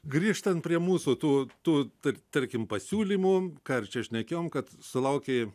grįžtant prie mūsų tu tu tai tarkim pasiūlymu karčiai šnekėjome kad sulaukė